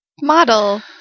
Model